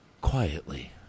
quietly